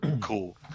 Cool